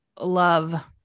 love